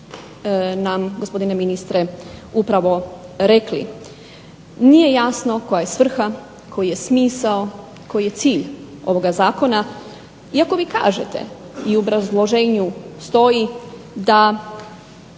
nam gospodine ministre upravo rekli. Nije jasno koja je svrha, koji je smisao, koji je cilj ovoga Zakona iako vi kažete i u obrazloženju stoji da